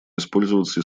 использоваться